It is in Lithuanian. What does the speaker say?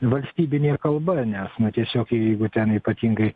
valstybinė kalba nes na tiesiog jeigu ten ypatingai